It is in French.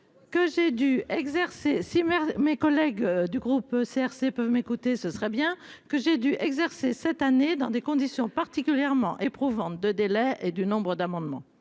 que j'ai dû exercer cette année dans des conditions particulièrement éprouvante de délai et du nombre d'amendements.